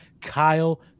Kyle